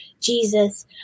Jesus